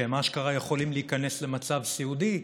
שהם אשכרה יכולים להיכנס למצב סיעודי,